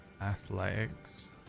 Athletics